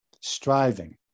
striving